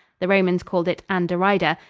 the romans called it anderida,